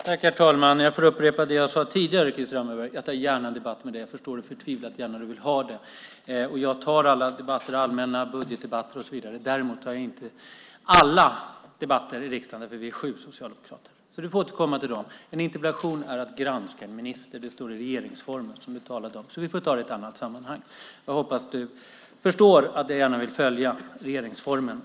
Herr talman! Jag får upprepa det jag sade tidigare, Krister Hammarbergh. Jag tar gärna en debatt med dig. Jag förstår hur förtvivlat gärna du vill det. Jag tar allmänna debatter, budgetdebatter och så vidare. Däremot tar jag inte alla debatter i riksdagen därför att vi är sju socialdemokrater, så du får återkomma till dem. En interpellation innebär att man granskar en minister. Det står i regeringsformen som du talade om. Därför får vi ta det här i ett annat sammanhang. Jag hoppas att du förstår att jag gärna vill följa regeringsformen.